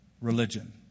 religion